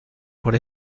por